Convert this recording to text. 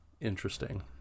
Interesting